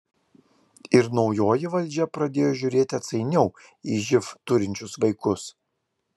ir naujoji valdžia pradėjo žiūrėti atsainiau į živ turinčius vaikus